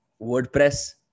WordPress